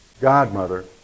godmother